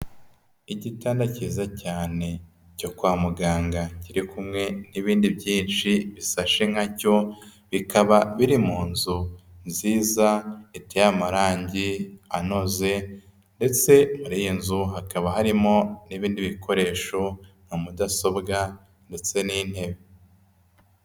Igitanda cyiza cyane cyo kwa muganga kiri kumwe n'ibindi byinshi bisashe nka cyo, bikaba biri mu nzu nziza iteye amarange anoze ndetse muri iyi inzu hakaba harimo n'ibindi bikoresho nka mudasobwa ndetse n'intebe.